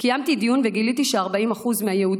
קיימתי דיון וגיליתי ש-40% מהיהודים